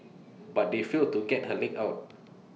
but they failed to get her leg out